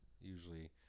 usually